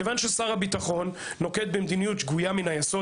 כיוון ששר הביטחון נוקט במדיניות שגויה מן היסוד,